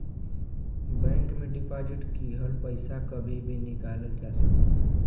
bank में deposit किहल पइसा कभी भी निकालल जा सकला